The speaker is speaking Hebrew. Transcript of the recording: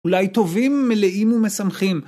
אולי טובים, מלאים ומשמחים.